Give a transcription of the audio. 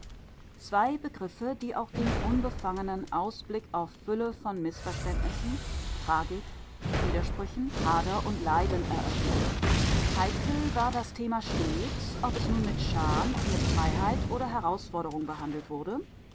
zwei begriffe die auch dem unbefangenen ausblick auf fülle von mißverständnissen tragik widersprüchen hader und leiden eröffnen heikel war das thema stets ob es nun mit scham mit freiheit oder herausforderung behandelt wurde